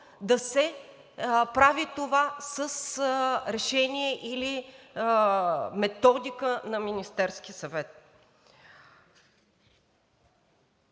да се прави това с решение или методика на Министерския съвет.